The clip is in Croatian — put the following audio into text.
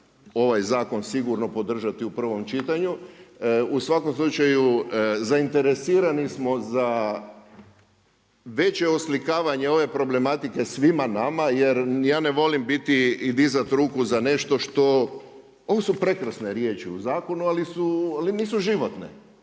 ovaj zakon sigurno podržati u prvom čitanju. U svakom slučaju zainteresirani smo za veće oslikavanje ove problematike svima nama jer ja ne volim biti i dizat ruku za nešto što, ovo su prekrasne riječi u zakonu, ali nisu životne.